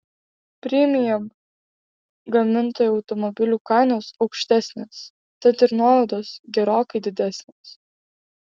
premium gamintojų automobilių kainos aukštesnės tad ir nuolaidos gerokai didesnės